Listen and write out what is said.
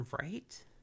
Right